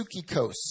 sukikos